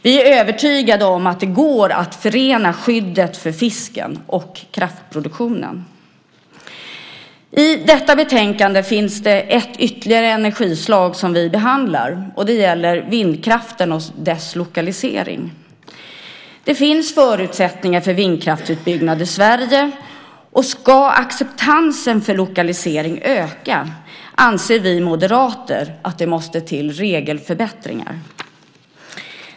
Vi är övertygade om att det går att förena skyddet för fisken med kraftproduktionen. I detta betänkande finns det ett ytterligare energislag som vi behandlar, och det är vindkraften och dess lokalisering. Det finns förutsättningar för vindkraftsutbyggnad i Sverige, och ska acceptansen för lokalisering öka anser vi moderater att det måste till regelförbättringar.